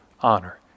honor